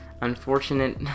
unfortunate